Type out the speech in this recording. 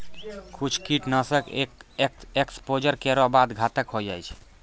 कुछ कीट नाशक एक एक्सपोज़र केरो बाद घातक होय जाय छै